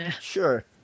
Sure